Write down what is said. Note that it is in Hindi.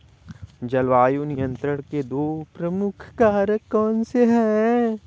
जलवायु नियंत्रण के दो प्रमुख कारक कौन से हैं?